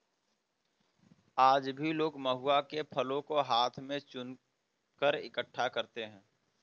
आज भी लोग महुआ के फलों को हाथ से चुनकर इकठ्ठा करते हैं